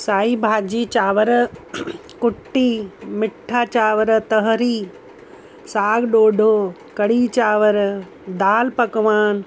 साई भाॼी चांवर कुटी मिठा चांवर तांहिरी साग ढोढो कढ़ी चांवर दाल पकवान